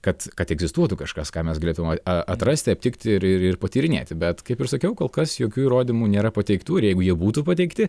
kad kad egzistuotų kažkas ką mes galėtume atrasti aptikti ir ir patyrinėti bet kaip ir sakiau kol kas jokių įrodymų nėra pateiktų ir jeigu jie būtų pateikti